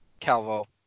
Calvo